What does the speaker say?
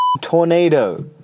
tornado